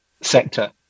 sector